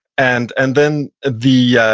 and and then the yeah